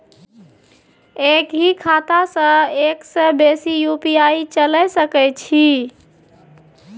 एक ही खाता सं एक से बेसी यु.पी.आई चलय सके छि?